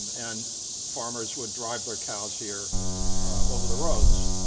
and farmers would drive their cows here over the roads.